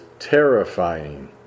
terrifying